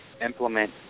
Implement